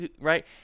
right